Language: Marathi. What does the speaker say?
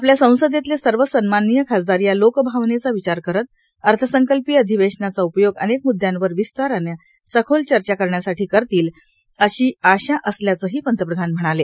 आपल्या संसदेतले सर्व सन्माननीय खासदार या लोकभावनेचा विचार करत अर्थसंकल्पीय अधिवेशनाचा उपयोग अनेक म्द्यांवर विस्ताराने सखोल चर्चा करण्यासाठी करतील अशी मी आशा करतो